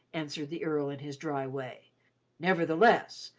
answered the earl in his dry way nevertheless,